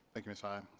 like ms high.